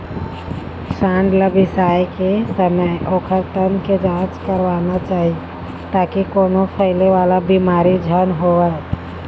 सांड ल बिसाए के समे ओखर तन के जांच करवाना चाही ताकि कोनो फइले वाला बिमारी झन होवय